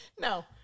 No